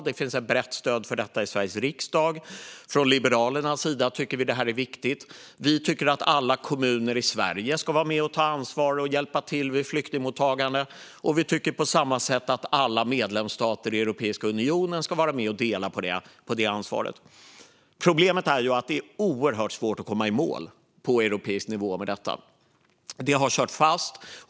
Det finns ett brett stöd för detta i Sveriges riksdag. Liberalerna tycker att detta är viktigt. Vi tycker att alla kommuner i Sverige ska vara med och ta ansvar och hjälpa till vid flyktingmottagandet. På samma sätt tycker vi att alla medlemsstater i Europeiska unionen ska vara med och dela ansvaret. Problemet är att det är oerhört svårt att komma i mål med detta på europeisk nivå. Det har kört fast.